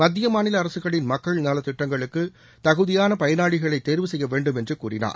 மத்திய மாநில அரசுகளின் மக்கள் நலத் திட்டங்களுக்கு தகுதியான பயனாளிகளை தேர்வு செய்ய வேண்டும் என்று கூறினார்